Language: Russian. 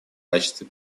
качестве